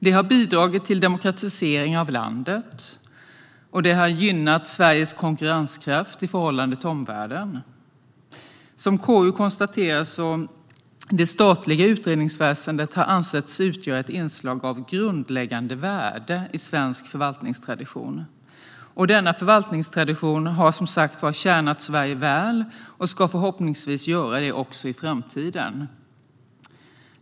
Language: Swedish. Det har bidragit till demokratiseringen av landet och gynnat Sveriges konkurrenskraft i förhållande till omvärlden. Som KU konstaterar har det statliga utredningsväsendet ansetts utgöra ett inslag av grundläggande värde i svensk förvaltningstradition. Denna förvaltningstradition har som sagt tjänat Sverige väl och ska förhoppningsvis göra det också i framtiden.